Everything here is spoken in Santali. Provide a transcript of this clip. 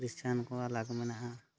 ᱠᱷᱨᱤᱥᱪᱟᱱ ᱠᱚ ᱟᱞᱟᱜᱽ ᱢᱮᱱᱟᱜᱼᱟ